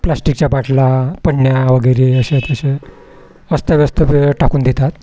प्लास्टिकच्या बाटल्या पण्या वगैरे असे तसे अस्ताव्यस्त टाकून देतात